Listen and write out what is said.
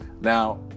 now